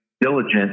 diligent